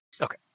Okay